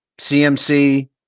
cmc